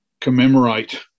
commemorate